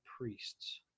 priests